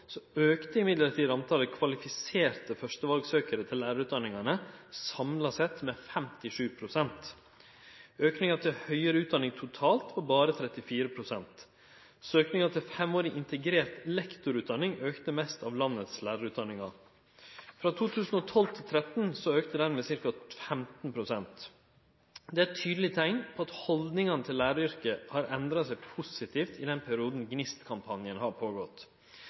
kvalifiserte førstevalsøkjarar til lærarutdanningane samla sett med 57 pst. Aukinga til høgare utdanning totalt var berre 34 pst. Søkinga til femårig integrert lektorutdanning auka mest av lærarutdanningane i landet. Frå 2012 til 2013 auka ho med ca. 15 pst. Det er eit tydeleg teikn på at haldningane til læraryrket har endra seg positivt i den perioden GNIST-kampanjen har